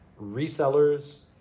resellers